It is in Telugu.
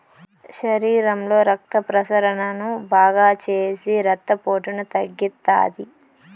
శరీరంలో రక్త ప్రసరణను బాగాచేసి రక్తపోటును తగ్గిత్తాది